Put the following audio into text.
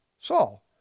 Saul